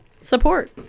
Support